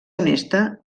honesta